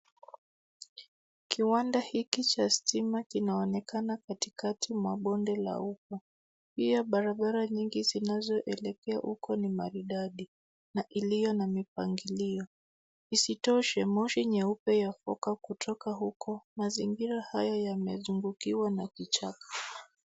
Kiwanda hiki cha stima kinaonekana katikati mwa bonde la umma. Pia barabara nyingi zinazoelekea huko ni maridadi na iliyo na mpangilio. Isitoshe moshi nyeupe yatoka kutoka huko. Mazingira haya yanazungukiwa na vichaka.